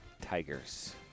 Tigers